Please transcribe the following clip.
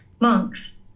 Monks